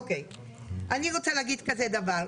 אוקיי, אני רוצה להגיד כזה דבר.